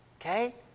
Okay